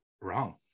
Wrong